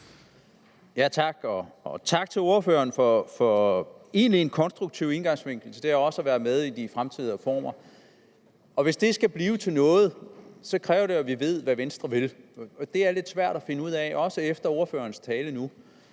Tak til ordføreren for egentlig en konstruktiv indgangsvinkel til det også at være med i de fremtidige reformer. Hvis det skal blive til noget, kræver det, at vi ved, hvad Venstre vil, og det er lidt svært at finde ud af, også efter ordførerens tale nu.